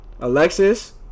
Alexis